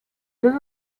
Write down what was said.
deux